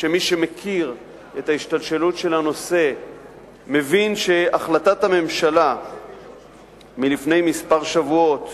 שמי שמכיר את ההשתלשלות של הנושא מבין שהחלטת הממשלה מלפני כמה שבועות